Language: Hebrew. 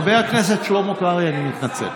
חבר הכנסת שלמה קרעי, אני מתנצל.